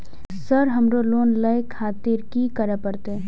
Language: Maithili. सर हमरो लोन ले खातिर की करें परतें?